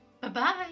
Bye-bye